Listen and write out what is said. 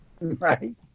Right